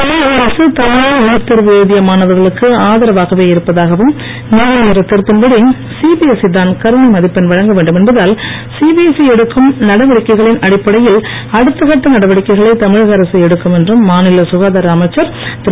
தமிழக அரசு தமிழில் நீட் தேர்வு எழுதிய மாணவர்களுக்கு ஆதரவாகவே இருப்பதாகவும் நீதிமன்ற தீர்ப்பின்படி சிபிஎஸ்இ தான் கருணை மதிப்பெண் வழங்க வேண்டும் என்பதால் சிபிஎஸ்இ எடுக்கும் நடவடிக்கைகளில் அடுத்த கட்ட நடவடிக்கைகளை தமிழக அரசு எடுக்கும் என்றும் மாநில சுகாதார அமைச்சர் திரு